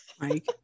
Mike